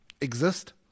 exist